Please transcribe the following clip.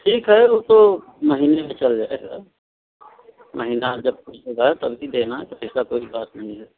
ठीक है तो महीने चल जाएगा महीना जब पूरा हो तभी देना ऐसा कोई बात नहीं